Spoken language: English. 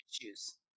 issues